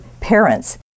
parents